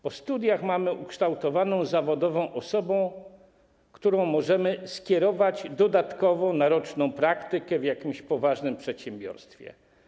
Po studiach mamy ukształtowaną zawodową osobę, którą możemy skierować dodatkowo na roczną praktykę w jakimś poważnym przedsiębiorstwie.